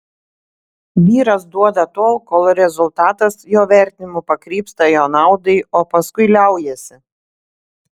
vyras duoda tol kol rezultatas jo vertinimu pakrypsta jo naudai o paskui liaujasi